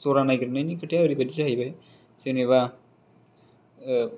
ज'रा नायगिरनायनि खोथाया ओरैबादि जायो जेनेबा